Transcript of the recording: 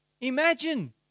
Imagine